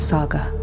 Saga